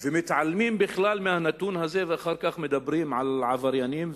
ומתעלמים בכלל מהנתון הזה ואחר כך מדברים על עבריינים,